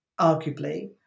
arguably